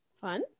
Fun